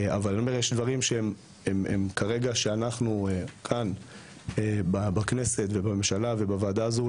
אבל אני אומר יש דברים שהם כרגע שאנחנו כאן בכנסת ובממשלה ובוועדה הזו,